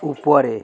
উপরে